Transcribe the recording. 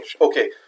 okay